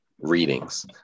readings